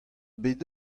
bet